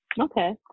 okay